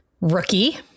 Rookie